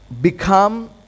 become